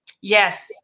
Yes